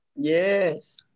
Yes